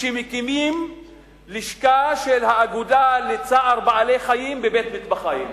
שמקימים לשכה של האגודה לצער בעלי-חיים בבית-מטבחיים.